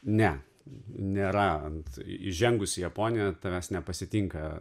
ne nėra ant įžengus į japoniją tavęs nepasitinka